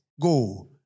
Go